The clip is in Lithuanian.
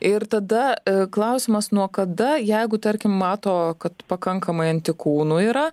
ir tada klausimas nuo kada jeigu tarkim mato kad pakankamai antikūnų yra